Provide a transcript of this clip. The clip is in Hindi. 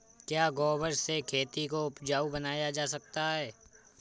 क्या गोबर से खेती को उपजाउ बनाया जा सकता है?